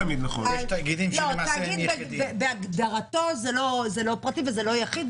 תאגיד בהגדרתו זה לא פרטי ולא יחיד.